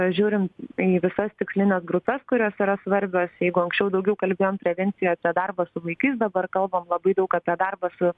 žiūrim į visas tikslines grupes kurios yra svarbios jeigu anksčiau daugiau kalbėjom prevencija apie darbą su vaikais dabar kalbam labai daug apie darbą su